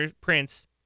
Prince